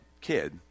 kid